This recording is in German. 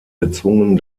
gezwungen